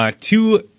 Two